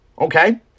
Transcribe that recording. Okay